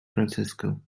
francisco